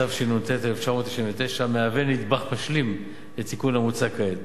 התשנ"ט 1999, המהווה נדבך משלים לתיקון המוצע כעת.